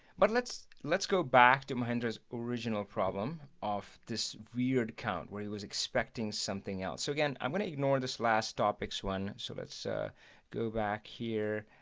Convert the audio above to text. but let's let's go back to mahendra's original problem of this weird count where he was expecting something else so again, i'm gonna ignore this last topics one. so let's go back here.